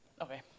Okay